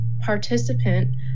participant